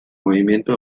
movimiento